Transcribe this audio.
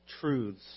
truths